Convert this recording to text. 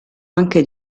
anche